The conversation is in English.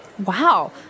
Wow